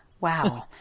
wow